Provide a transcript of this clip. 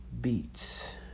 Beats